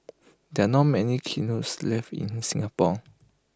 there are not many left in Singapore